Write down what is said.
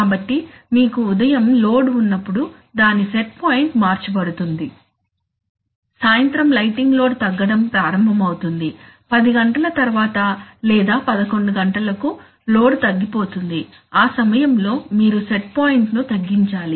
కాబట్టి మీకు ఉదయం లోడ్ ఉన్నప్పుడు దాని సెట్ పాయింట్ మార్చబడుతుంది సాయంత్రం లైటింగ్ లోడ్ తగ్గడం ప్రారంభమవుతుంది 10 గంటల తర్వాత లేదా 11 గంటల కు లోడ్ తగ్గి పోతుంది ఆ సమయంలో మీరు సెట్ పాయింట్ ను తగ్గించాలి